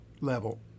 level